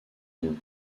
nom